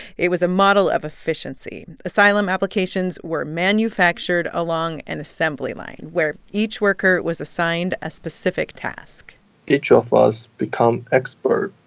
it was a model of efficiency. asylum applications were manufactured along an assembly line where each worker was assigned a specific task each of us become expert